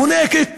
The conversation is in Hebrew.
חונקת,